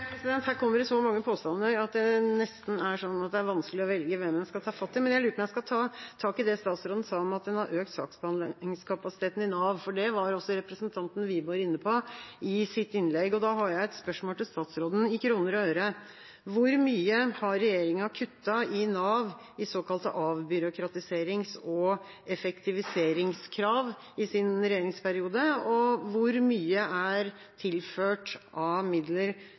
Her kommer det så mange påstander at det nesten er vanskelig å velge hvilken en skal ta fatt i. Men jeg lurer på om jeg skal ta tak i det statsråden sa om at en har økt saksbehandlingskapasiteten i Nav, for det var også representanten Wiborg inne på i sitt innlegg. Da har jeg et spørsmål til statsråden: I kroner og øre, hvor mye har regjeringa kuttet i Nav i såkalte avbyråkratiserings- og effektiviseringskrav i sin regjeringsperiode, og hvor mye er tilført av midler